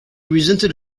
resented